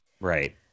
Right